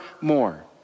more